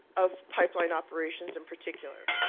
of pipeline operations in particular.